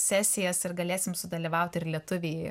sesijas ir galėsim sudalyvaut ir lietuviai